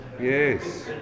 Yes